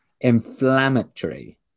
inflammatory